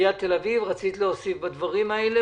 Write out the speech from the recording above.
רצית להוסיף בנושא הזה.